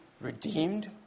redeemed